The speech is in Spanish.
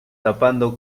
tapando